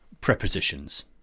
prepositions